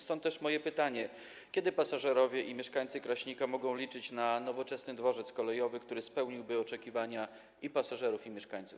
Stąd też moje pytanie: Kiedy pasażerowie i mieszkańcy Kraśnika mogą liczyć na nowoczesny dworzec kolejowy, który spełniłby oczekiwania i pasażerów, i mieszkańców?